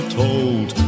told